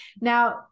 Now